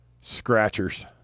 Scratchers